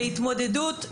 בהתמודדות,